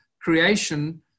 creation